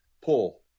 pull